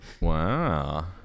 Wow